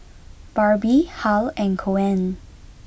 Barbie Hal and Coen